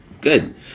Good